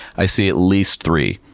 i see at least three